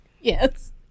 Yes